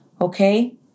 Okay